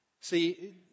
See